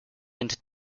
into